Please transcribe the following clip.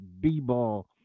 b-ball